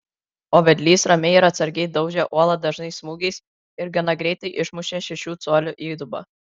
o vedlys ramiai ir atsargiai daužė uolą dažnais smūgiais ir gana greitai išmušė šešių colių įdubą